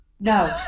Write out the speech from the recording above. No